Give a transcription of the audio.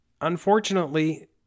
unfortunately